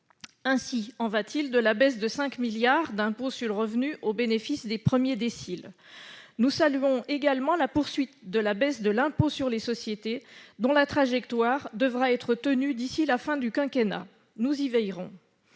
Ainsi en va-t-il de la baisse de 5 milliards d'euros d'impôt sur le revenu au bénéfice des premiers déciles. Nous saluons également la poursuite de la diminution de l'impôt sur les sociétés, dont la trajectoire devra être tenue d'ici à la fin du quinquennat. Nous y veillerons.